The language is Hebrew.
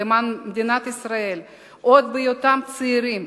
למען מדינת ישראל עוד בהיותם צעירים,